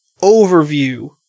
overview